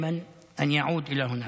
הצלחה כלכלית וטכנולוגית גדולה מאוד.